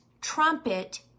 trumpet